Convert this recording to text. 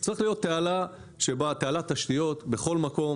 בכל מקום